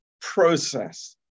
process